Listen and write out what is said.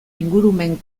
ingurumen